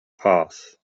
path